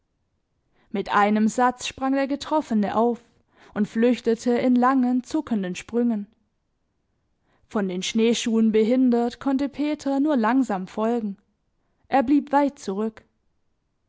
mit einem satz sprang der getroffene auf und flüchtete in langen zuckenden sprüngen von den schneeschuhen behindert konnte peter nur langsam folgen er blieb weit zurück